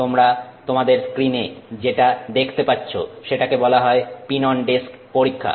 তোমরা তোমাদের স্কিন এ যেটা দেখতে পাচ্ছ সেটাকে বলা হয় পিন অন ডিস্ক পরীক্ষা